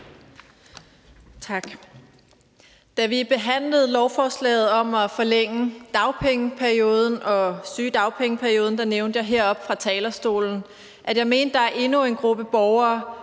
Da vi behandlede lovforslaget om at forlænge dagpengeperioden og sygedagpengeperioden, nævnte jeg heroppe fra talerstolen, at jeg mente, at der er endnu en gruppe borgere,